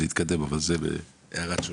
זה יתקדם אבל זה הערת שוליים.